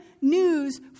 news